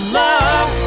love